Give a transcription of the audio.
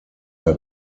der